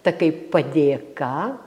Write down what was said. ta kaip padėka